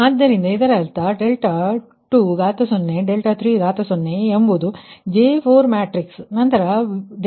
ಆದ್ದರಿಂದ ಇದರರ್ಥ∆Q20 ∆Q30 ಎಂಬುದು J4 ಮ್ಯಾಟ್ರಿಕ್ಸ್ ನಂತರ ∆V20 ∆V30ಆಗಿದೆ